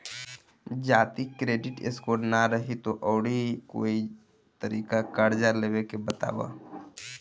जदि credit score ना रही त आऊर कोई तरीका कर्जा लेवे के बताव?